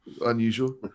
unusual